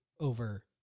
over